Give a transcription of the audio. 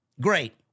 Great